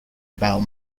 about